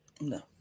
No